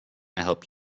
help